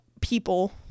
people